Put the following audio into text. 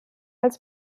als